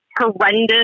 horrendous